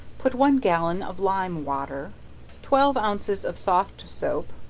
put one gallon of lime water twelve ounces of soft soap,